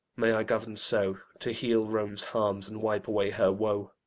may i govern so to heal rome's harms and wipe away her woe!